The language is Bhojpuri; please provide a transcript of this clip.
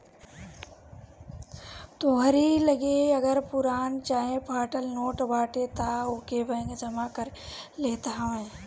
तोहरी लगे अगर पुरान चाहे फाटल नोट बाटे तअ ओके बैंक जमा कर लेत हवे